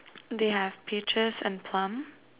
they have peaches and plum